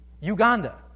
Uganda